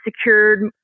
secured